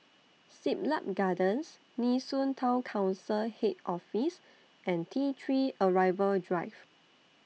Siglap Gardens Nee Soon Town Council Head Office and T three Arrival Drive